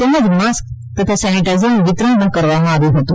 તેમજ માસ્ક તથા સેનીટાઈઝરનું વિતરણ પણ કરવામાં આવ્યું હતું